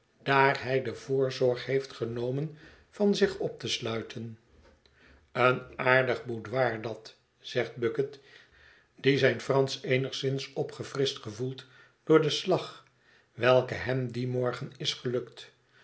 daar hij de voorzorg heeft genomen van zich op te sluiten een aardig boudoir dat zegt bucket die zijn fransch eenigszins opgefrischt gevoelt door den slag welke hem dien morgen is gelukt